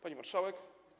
Pani Marszałek!